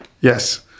Yes